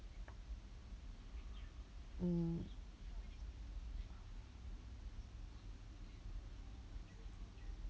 mm